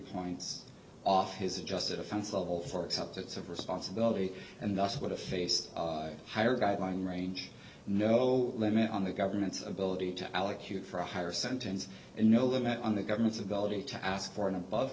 points off his adjusted offense level for acceptance of responsibility and thus with a face higher guideline range no limit on the government's ability to allocute for a higher sentence and no limit on the government's ability to ask for an above